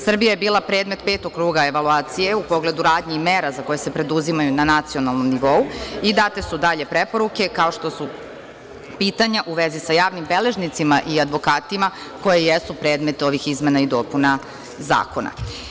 Srbija je bila predmet petog kruga evaulacije u pogledu radnji i mera koje se preduzimaju na nacionalnom nivou i date su dalje preporuke, kao što su pitanja u vezi sa javnim beležnicima i advokatima koje jesu predmet ovih izmena i dopuna zakona.